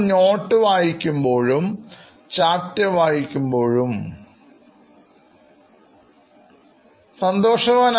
not വായിക്കുമ്പോഴും chapter വായിക്കുമ്പോഴും സന്തോഷവാനായിരുന്നു